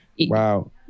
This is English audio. Wow